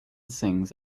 sings